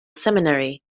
seminary